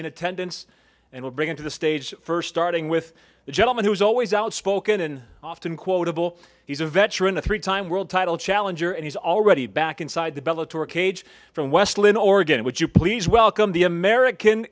in attendance and will bring into the stage st starting with the gentleman who is always outspoken and often quotable he's a veteran of three time world title challenger and he's already back inside the bellow tour cage from west linn oregon would you please welcome the american